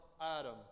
Adam